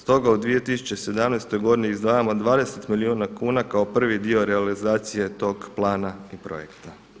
Stoga u 2017. godini izdvajamo 20 milijuna kuna kao prvi dio realizacije toga plana i projekta.